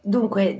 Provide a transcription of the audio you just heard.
Dunque